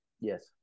Yes